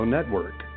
Network